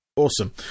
Awesome